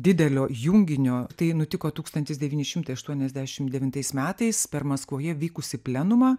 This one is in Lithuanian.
didelio junginio tai nutiko tūkstantis devyni šimtai aštuoniasdešim devintais metais per maskvoje vykusį plenumą